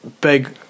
big